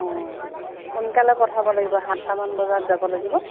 অঁ সোনকালে পঠাব লাগিব সাতটা মান বজাত যাব লাগিব